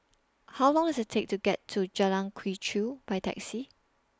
How Long Does IT Take to get to Jalan Quee Chew By Taxi